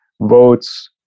votes